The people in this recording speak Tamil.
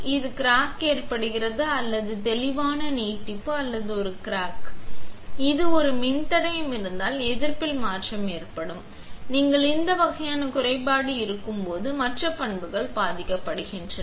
இந்த கிராக் ஏற்படுகிறது அல்லது தெளிவான நீட்டிப்பு அல்லது ஒரு கிராக் இது ஒரு மின்தடையும் இருந்தால் எதிர்ப்பில் மாற்றம் ஏற்படுத்தும் நீங்கள் இந்த வகையான குறைபாடு இருக்கும் போது மற்ற பண்புகள் பாதிக்கப்படுகின்றன